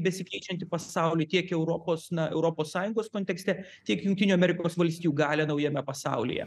besikeičiantį pasaulį tiek europos na europos sąjungos kontekste tiek jungtinių amerikos valstijų galią naujame pasaulyje